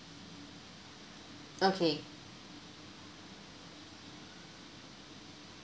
okay